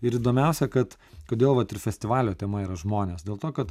ir įdomiausia kad kodėl vat ir festivalio tema yra žmonės dėl to kad